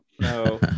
no